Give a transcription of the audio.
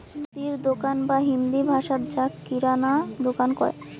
মুদির দোকান বা হিন্দি ভাষাত যাক কিরানা দুকান কয়